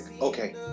okay